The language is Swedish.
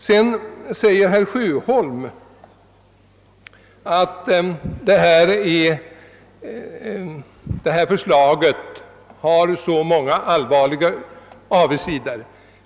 Sedan säger herr Sjöholm att förslaget har många allvarliga brister.